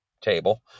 table